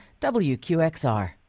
WQXR